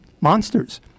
monsters